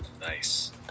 nice